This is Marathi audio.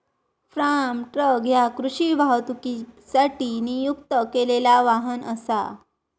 फार्म ट्रक ह्या कृषी वाहतुकीसाठी नियुक्त केलेला वाहन असा